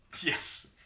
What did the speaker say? Yes